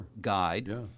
guide